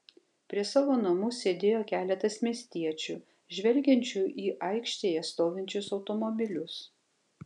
prie savo namų sėdėjo keletas miestiečių žvelgiančių į aikštėje stovinčius automobilius